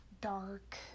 dark